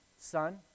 Son